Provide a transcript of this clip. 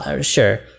Sure